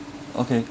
okay